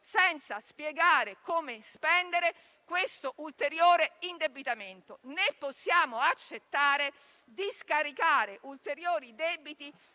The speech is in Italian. senza spiegare come spendere questo ulteriore indebitamento! Né possiamo accettare di scaricare ulteriori debiti